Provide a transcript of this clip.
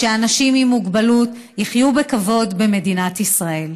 שאנשים עם מוגבלות יחיו בכבוד במדינת ישראל.